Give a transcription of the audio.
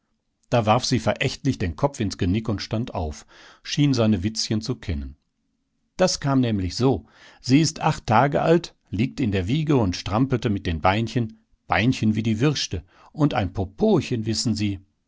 da warf sie verächtlich den kopf ins genick und stand auf schien seine witzchen zu kennen das kam nämlich so sie ist acht tage alt liegt in der wiege und strampelt mit den beinchen beinchen wie die würschte und ein popochen wissen sie